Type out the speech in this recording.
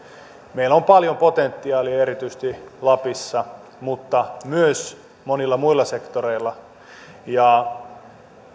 meillä on paljon potentiaalia ja erityisesti lapissa mutta myös monilla muilla sektoreilla